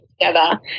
together